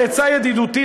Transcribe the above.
עצה ידידותית,